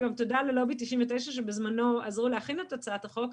וגם תודה ללובי 99 שבזמנו עזרו להכין את הצעת החוק,